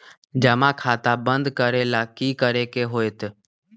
जमा खाता बंद करे ला की करे के होएत?